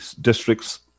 district's